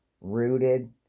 rooted